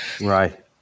Right